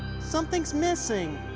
something's missing.